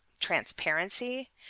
transparency